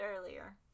earlier